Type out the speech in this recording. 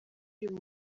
uyu